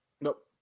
Nope